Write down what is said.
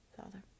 Father